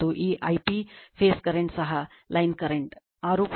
ಮತ್ತು ಈ I p phase current ಸಹ ಲೈನ್ ಕರೆಂಟ್ 6